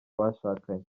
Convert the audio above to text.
bashakanye